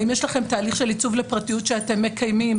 האם יש לכם תהליך של עיצוב לפרטיות שאתם מקיימים